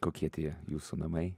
kokie tie jūsų namai